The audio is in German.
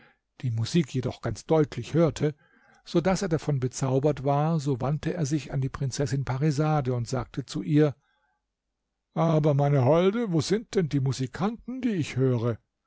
die musik jedoch ganz deutlich hörte so daß er davon bezaubert war so wandte er sich an die prinzessin parisade und sagte zu ihr aber meine holde wo sind denn die musikanten die ich höre